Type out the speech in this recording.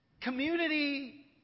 Community